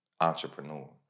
entrepreneur